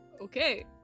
Okay